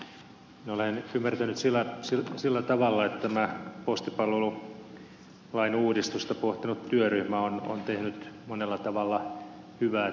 minä olen ymmärtänyt sillä tavalla että tämä postipalvelulain uudistusta pohtinut työryhmä on tehnyt monella tavalla hyvää työtä